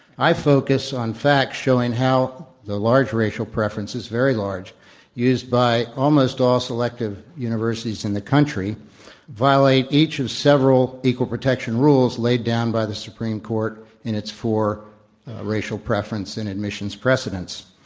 i focus on facts showing how the large racial preferences very large used by almost all selective universities in the country violate each of and several equal protection rules laid down by the supreme court in its four racial preference and admissions precedents.